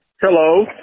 Hello